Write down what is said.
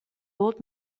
old